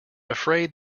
afraid